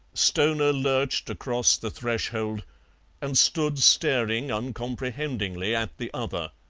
stoner lurched across the threshold and stood staring uncomprehendingly at the other.